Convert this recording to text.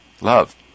love